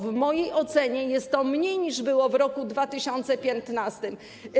W mojej ocenie jest to mniej, niż było w roku 2015.